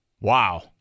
Wow